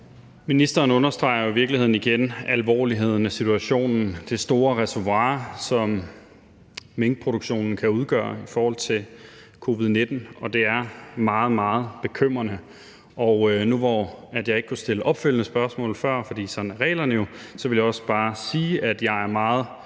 Ministeren understreger jo i virkeligheden igen alvorligheden af situationen, altså det store reservoir, som minkproduktionen kan udgøre i forhold til covid-19, og det er meget, meget bekymrende. Og nu, hvor jeg ikke kunne stille opfølgende spørgsmål før, fordi reglerne jo er sådan, vil jeg også bare sige, at jeg er meget